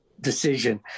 decision